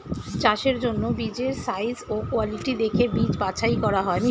চাষের জন্য বীজের সাইজ ও কোয়ালিটি দেখে বীজ বাছাই করা হয়